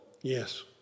Yes